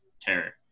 terror